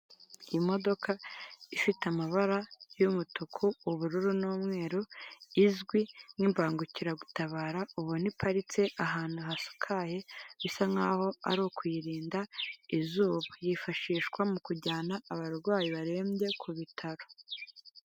Imodoka ifite amabara y'umutuku, ubururu, n'umweru izwi nk'imbangukiragutabara, ubona iparitse ahantu hasakaye bisa nkaho ari ukuyirinda izuba, yifashishwa mu kujyana abarwayi barembye ku bitaro.